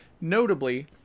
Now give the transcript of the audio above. Notably